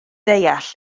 ddeall